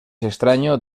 extraño